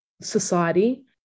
society